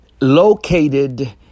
located